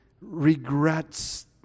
regrets